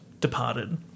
departed